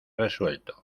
resuelto